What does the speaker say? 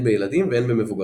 הן בילדים והן במבוגרים.